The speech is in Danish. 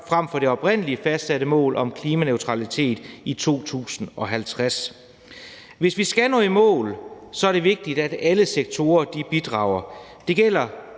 frem for det oprindelige fastsatte mål om klimaneutralitet i 2050. Hvis vi skal nå i mål, er det vigtigt, at alle sektorer bidrager.